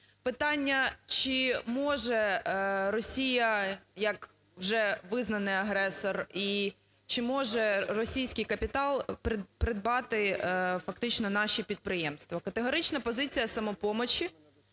питання, чи може Росія як вже визнаний агресор і чи може російський капітал придбати фактично наші підприємства. Категорична позиція "Самопомочі",